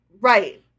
Right